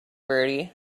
bertie